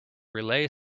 relay